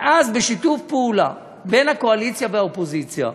ואז, בשיתוף פעולה בין הקואליציה והאופוזיציה,